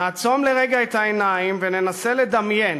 נעצום לרגע את העיניים וננסה לדמיין